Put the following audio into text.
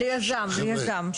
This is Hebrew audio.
ליזם, ליזם.